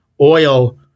oil